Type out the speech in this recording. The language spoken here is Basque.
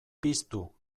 piztu